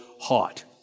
hot